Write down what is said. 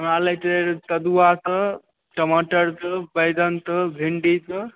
हमरा लैके रहय कदुआके टमाटरके बैंगनके भिंडीके